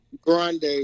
grande